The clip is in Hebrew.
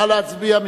נא להצביע.